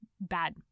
bad